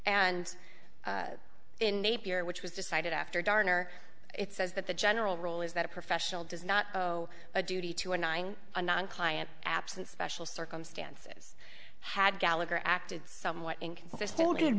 napier which was decided after darner it says that the general rule is that a professional does not owe a duty to a nine anon client absent special circumstances had gallagher acted somewhat inconsistent